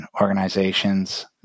organizations